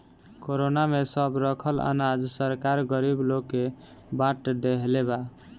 corona में सब रखल अनाज सरकार गरीब लोग के बाट देहले बा